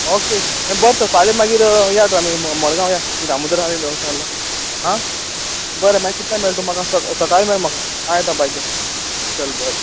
okay मा बरें तर फाल्यां मागीर या तर आमी म मडगांव या थिंग दामोदरा बी वोसो आल्हो हा बरें मागीर कितल्या मेळ तूं म्हाका स सकाळीं मेळ म्हाका हांव येता बायक घेवन चल बरें